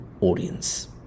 audience